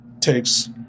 takes